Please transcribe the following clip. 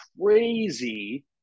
crazy